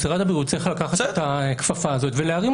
משרד הבריאות צריך לקחת את הכפפה הזאת ולהרים אותה.